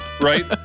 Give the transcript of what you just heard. right